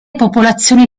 popolazioni